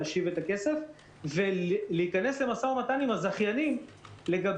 להשיב את הכסף ולהיכנס למשא ומתן עם הזכיינים לגבי